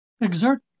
Exert